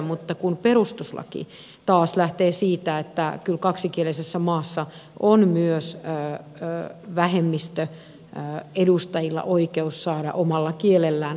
mutta perustuslaki taas lähtee siitä että kyllä kaksikielisessä maassa on myös vähemmistön edustajilla oikeus saada omalla kielellään kansalliskielellään palvelut